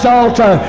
altar